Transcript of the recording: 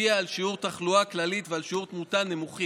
השפיע על שיעור התחלואה הכללית ועל שיעור תמותה נמוכים.